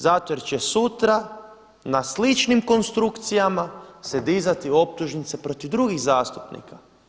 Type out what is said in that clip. Zato jer će sutra na sličnim konstrukcijama se dizati optužnice protiv drugih zastupnika.